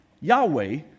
Yahweh